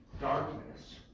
darkness